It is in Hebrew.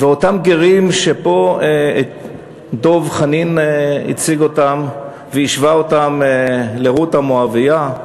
ואותם גרים שפה דב חנין הציג אותם והשווה אותם לרות המואבייה,